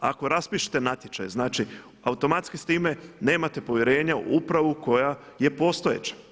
Ako raspišete natječaj, znači automatski s time nemate povjerenje u upravu koja je postojeća.